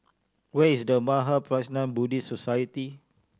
where is The Mahaprajna Buddhist Society